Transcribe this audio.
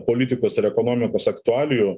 politikos ir ekonomikos aktualijų